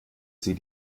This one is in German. sie